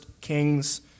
Kings